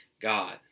God